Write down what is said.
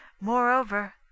Moreover